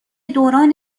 دوران